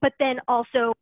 but then also